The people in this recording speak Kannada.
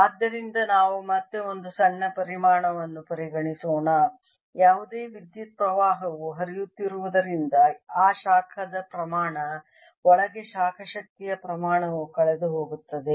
ಆದ್ದರಿಂದ ನಾವು ಮತ್ತೆ ಒಂದು ಸಣ್ಣ ಪರಿಮಾಣವನ್ನು ಪರಿಗಣಿಸೋಣ ಯಾವುದೇ ವಿದ್ಯುತ್ ಪ್ರವಾಹವು ಹರಿಯುತ್ತಿರುವುದರಿಂದ ಆ ಶಾಖದ ಪ್ರಮಾಣ ಒಳಗೆ ಶಾಖ ಶಕ್ತಿಯ ಪ್ರಮಾಣವು ಕಳೆದುಹೋಗುತ್ತದೆ